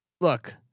Look